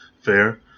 Fair